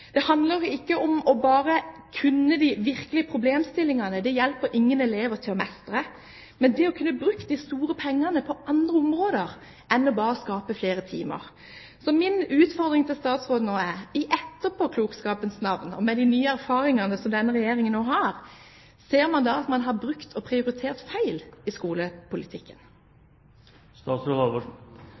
Det handler ikke bare om å kunne de virkelige problemstillingene, det hjelper ingen elever til å mestre, men det handler om å kunne bruke de store pengene på andre områder enn bare å skape flere timer. Så min utfordring til statsråden er: I etterpåklokskapens navn, og med de nye erfaringene som denne regjeringen nå har, ser man at man har brukt penger og prioritert feil i